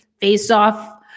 face-off